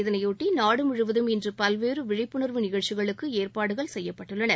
இதனையொட்டி நாடுமுழுவதும் இன்று பல்வேறு விழிப்புணர்வு நிகழ்ச்சிகளுக்கு ஏற்பாடுகள் செய்யப்பட்டுள்ளன